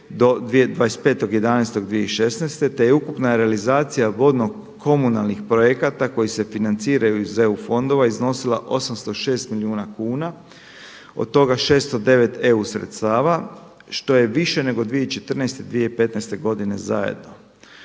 25.11.2016. te je ukupna realizacija vodnokomunalnih projekata koji se financiraju iz EU fondova iznosila 806 milijuna kuna, od toga 609 EU sredstava, što je više nego 2014., 2015. godine zajedno.